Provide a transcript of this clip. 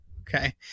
Okay